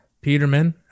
Peterman